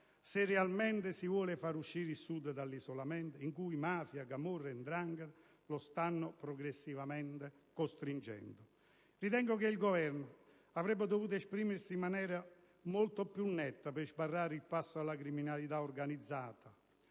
se realmente si vuole far uscire il Sud dall'isolamento in cui mafia, camorra e 'ndrangheta lo stanno progressivamente costringendo. Ritengo che il Governo avrebbe dovuto esprimersi in maniera molto più netta per sbarrare il passo alla criminalità, organizzata.